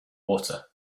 water